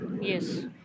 Yes